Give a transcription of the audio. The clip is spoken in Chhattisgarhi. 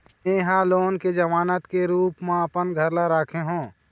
में ह लोन के जमानत के रूप म अपन घर ला राखे हों